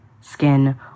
skin